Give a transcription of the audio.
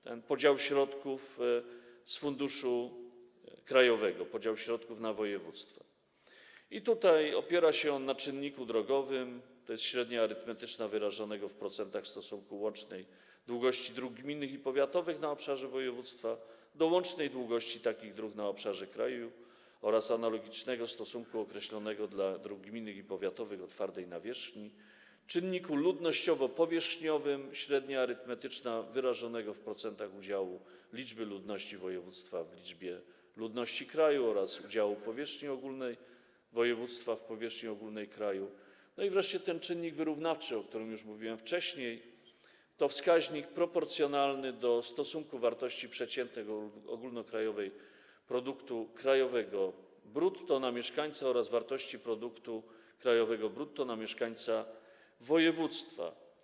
Ten podział środków z funduszu krajowego na województwa opiera się tutaj na czynniku drogowym - średnia arytmetyczna wyrażonego w procentach stosunku łącznej długości dróg gminnych i powiatowych na obszarze województwa do łącznej długości takich dróg na obszarze kraju oraz analogicznego stosunku określonego dla dróg gminnych i powiatowych o twardej nawierzchni - czynniku ludnościowo-powierzchniowym - średnia arytmetyczna wyrażonego w procentach udziału liczby ludności województwa w liczbie ludności kraju oraz udziału powierzchni ogólnej województwa w powierzchni ogólnej kraju - i wreszcie na tym czynniku wyrównawczym, o którym już mówiłem wcześniej, a jest to wskaźnik proporcjonalny do stosunku przeciętnej ogólnokrajowej wartości produktu krajowego brutto na mieszkańca oraz wartości produktu krajowego brutto na mieszkańca województwa.